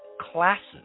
classes